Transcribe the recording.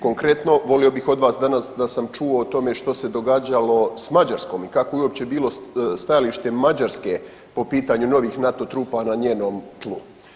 Konkretno volio bih od vas danas da sam čuo o tome što se događalo s Mađarskom i kakvo je uopće bilo stajalište Mađarske po pitanju novih NATO trupa na njenom tlu.